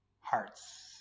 hearts